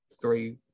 three